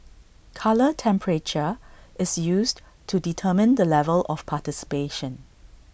colour temperature is used to determine the level of participation